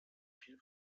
viel